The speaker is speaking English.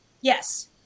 Yes